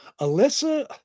Alyssa